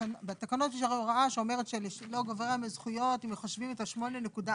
בתקנות יש הרי הוראה שאומרת שלא ייגרעו מהם זכויות אם מחשבים את ה-8.4.